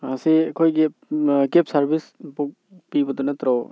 ꯁꯤ ꯑꯩꯈꯣꯏꯒꯤ cab service book ꯄꯤꯕꯗꯣ ꯅꯠꯇ꯭ꯔꯣ